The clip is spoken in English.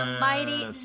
mighty